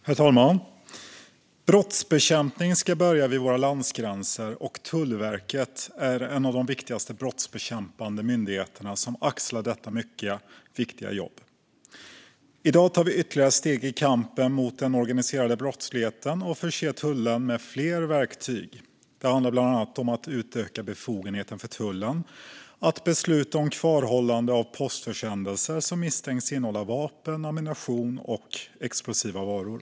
Herr talman! Brottsbekämpningen ska börja vid våra landsgränser, och Tullverket är en av de viktigaste brottsbekämpande myndigheter som axlar detta mycket viktiga jobb. I dag tar vi ytterligare steg i kampen mot den organiserade brottsligheten och förser tullen med fler verktyg. Det handlar bland annat om att utöka befogenheterna för tullen att besluta om kvarhållande av postförsändelser som misstänks innehålla vapen, ammunition eller explosiva varor.